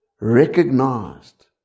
recognized